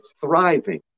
thriving